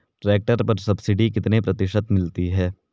Tractor पर subsidy कितने प्रतिशत मिलती है?